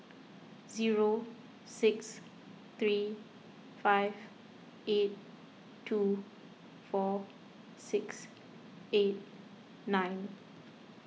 zero six three five eight two four six eight nine